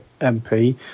MP